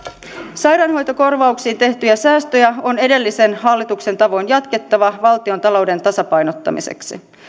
sairaanhoitokorvauksiin tehtyjä säästöjä on edellisen hallituksen tavoin jatkettava valtiontalouden tasapainottamiseksi